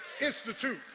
Institute